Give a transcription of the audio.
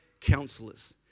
counselors